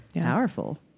powerful